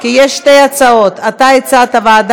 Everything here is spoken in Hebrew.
שר התחבורה, לפרוטוקול,